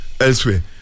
elsewhere